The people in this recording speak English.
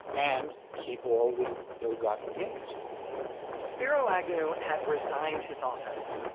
and keep all the ill gotten gains spiro agnew had resigned his office,